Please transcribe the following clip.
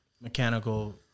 mechanical